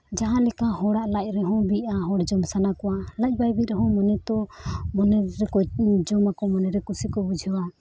ᱡᱟᱦᱟᱸᱞᱮᱠᱟ ᱦᱚᱲᱟᱜ ᱞᱟᱡ ᱨᱮᱦᱚᱸ ᱵᱤᱜᱼᱟ ᱦᱚᱲ ᱡᱚᱢ ᱥᱟᱱᱟ ᱠᱚᱣᱟ ᱞᱟᱡ ᱵᱟᱭ ᱵᱤᱜ ᱨᱮᱦᱚᱸ ᱢᱚᱱᱮ ᱛᱚ ᱢᱚᱱᱮ ᱨᱮᱠᱚ ᱡᱚᱢᱟᱠᱚ ᱢᱚᱱᱮ ᱨᱮ ᱠᱩᱥᱤ ᱠᱚ ᱵᱩᱡᱷᱟᱹᱣᱟ